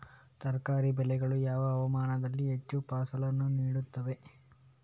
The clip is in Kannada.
ತರಕಾರಿ ಬೆಳೆಗಳು ಯಾವ ಹವಾಮಾನದಲ್ಲಿ ಹೆಚ್ಚು ಫಸಲನ್ನು ನೀಡುತ್ತವೆ?